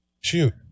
Shoot